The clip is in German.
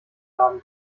laden